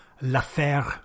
L'Affaire